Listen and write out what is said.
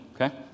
Okay